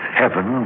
heaven